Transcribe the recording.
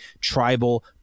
tribal